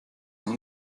noch